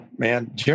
Man